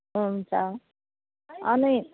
हुन्छ अनि